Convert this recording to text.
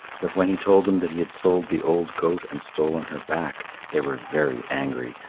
but when he told them that he had sold the old goat and stolen her back they were very angry,